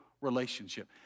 relationship